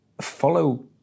follow